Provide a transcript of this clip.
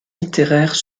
littéraires